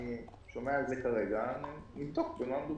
אני שומע את זה כרגע, ונבדוק במה מדובר.